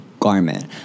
garment